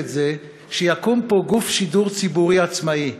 את זה שיקום פה גוף שידור ציבורי עצמאי.